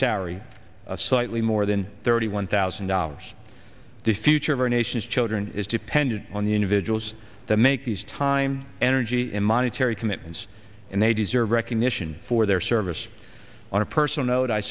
salary slightly more than thirty one thousand dollars the future of our nation's children is dependent on the individuals that make these time energy in monetary commitments and they deserve recognition for their service on a personal note i